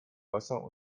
wasser